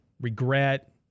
regret